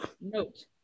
note